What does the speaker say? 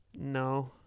No